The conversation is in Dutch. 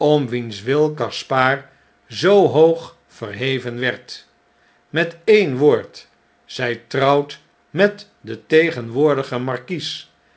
wiens wil gaspard zoo hoog verheven werd met een woord zij trouwt met den tegenwoordigen markies